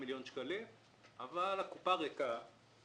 שקלים אבל הקופה ריקה.